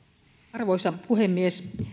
arvoisa puhemies